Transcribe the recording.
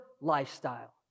lifestyle